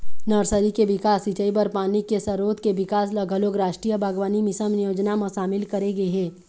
nursery के बिकास, सिंचई बर पानी के सरोत के बिकास ल घलोक रास्टीय बागबानी मिसन योजना म सामिल करे गे हे